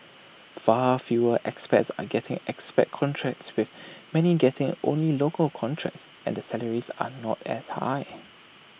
far fewer expats are getting expat contracts with many getting only local contracts and the salaries are not as high